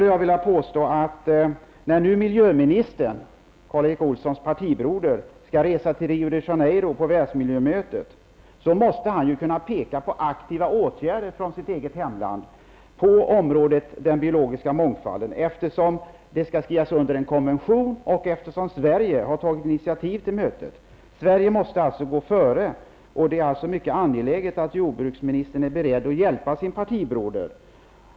Jag vill påstå att när nu miljöministern, Karl Erik Världsmiljömötet, måste han kunna peka på aktiva åtgärder från sitt eget hemland inom området den biologiska mångfalden, eftersom det skall skrivas under en konvention och eftersom Sverige har tagit initiativ till mötet. Sverige måste alltså gå före, och det är mycket angeläget att jordbruksministern är beredd att hjälpa sin partibroder.